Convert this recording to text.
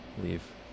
leave